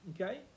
Okay